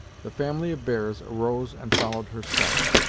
the family of bears arose and followed her steps,